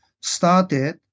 started